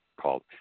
called